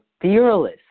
fearless